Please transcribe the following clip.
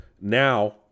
Now